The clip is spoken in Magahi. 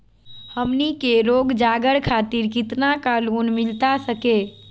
हमनी के रोगजागर खातिर कितना का लोन मिलता सके?